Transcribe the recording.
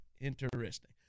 Interesting